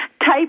type